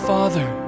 Father